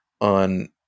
on